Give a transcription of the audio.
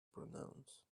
pronounce